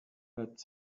said